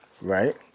Right